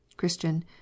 Christian